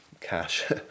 cash